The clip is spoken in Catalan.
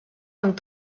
amb